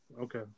Okay